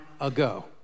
ago